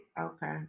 Okay